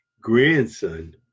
grandson